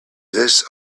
this